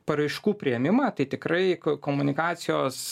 paraiškų priėmimą tai tikrai komunikacijos